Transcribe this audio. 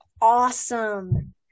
awesome